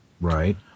Right